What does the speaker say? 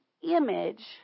image